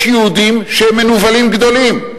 יש יהודים שהם מנוולים גדולים.